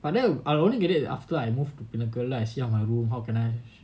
but then I'll I'll only get it after I moved to pinnacle then I see how my room how can I